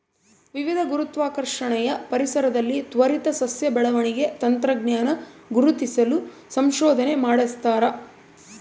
ವಿವಿಧ ಗುರುತ್ವಾಕರ್ಷಣೆಯ ಪರಿಸರದಲ್ಲಿ ತ್ವರಿತ ಸಸ್ಯ ಬೆಳವಣಿಗೆ ತಂತ್ರಜ್ಞಾನ ಗುರುತಿಸಲು ಸಂಶೋಧನೆ ನಡೆಸ್ತಾರೆ